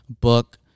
book